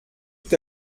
tout